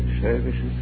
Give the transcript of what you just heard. services